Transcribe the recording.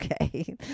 okay